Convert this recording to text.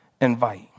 invite